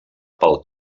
pel